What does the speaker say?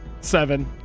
Seven